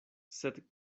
sed